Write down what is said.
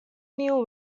knew